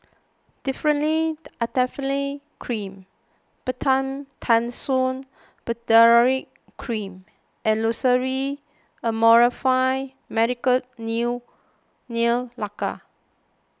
Differin Adapalene Cream Betamethasone Valerate Cream and Loceryl Amorolfine Medicated new Nail Lacquer